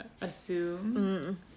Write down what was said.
assume